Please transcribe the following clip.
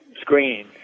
screen